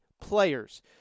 players